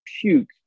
puke